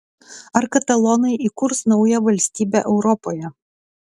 ar katalonai įkurs naują valstybę europoje